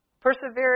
Perseverance